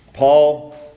Paul